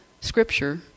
scripture